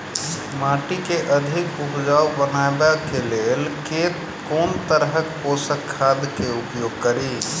माटि केँ अधिक उपजाउ बनाबय केँ लेल केँ तरहक पोसक खाद केँ उपयोग करि?